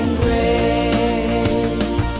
grace